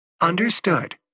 Understood